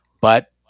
but-